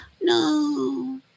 No